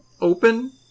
open